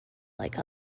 like